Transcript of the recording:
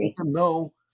no